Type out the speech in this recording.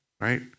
right